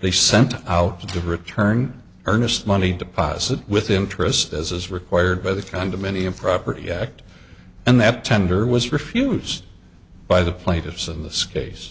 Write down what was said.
they sent out to return earnest money deposit with interest as is required by the condominium property act and that tender was refused by the plaintiffs in this case